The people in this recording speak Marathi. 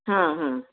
हां हां